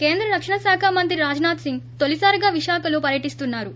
కేంద్ర రక్షణశాఖ మంత్రి రాజ్నాథ్సింగ్ తొలిసారిగా విశాఖలో పర్యటిస్తున్నారు